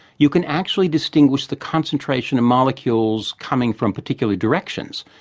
you can actually distinguish the concentration of molecules coming from particular directions.